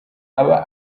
aba